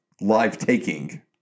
life-taking